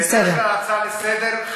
בדרך כלל בהצעה לסדר-היום,